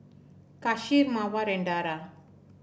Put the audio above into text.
Kasih Mawar and Dara